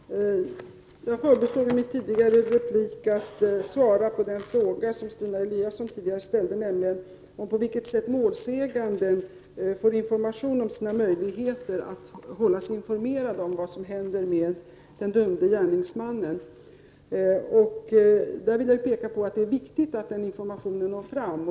Fru talman! Jag förbisåg i min tidigare replik att svara på den fråga som Stina Eliasson ställde om på vilket sätt målsäganden får information om sina möjligheter att hållas informerad om vad som händer med den dömde gärningsmannen. Där vill jag påpeka att det är viktigt att informationen når fram.